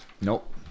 Nope